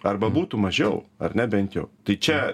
arba būtų mažiau ar ne bent jau tai čia